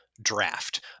draft